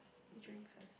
you drink first